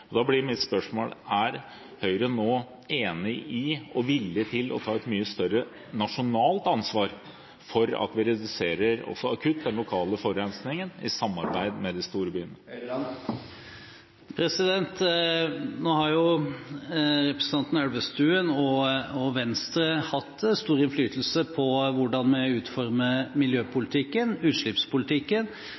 plass. Da blir mitt spørsmål: Er Høyre nå enig i og villig til å ta et mye større nasjonalt ansvar for at vi reduserer med akuttiltak den lokale forurensningen i samarbeid med de store byene? Nå har jo representanten Elvestuen og Venstre hatt stor innflytelse på hvordan vi utformer miljøpolitikken, utslippspolitikken,